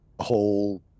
whole